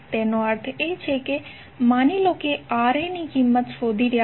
તેનો અર્થ એ કે માની લો કે તમે Ra ની કિંમત શોધી રહ્યા છો